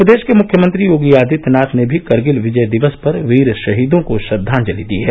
प्रदेश के मुख्यमंत्री योगी आदित्यनाथ ने भी करगिल विजय दिवस पर वीर शहीदों को श्रद्वांजलि दी है